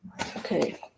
Okay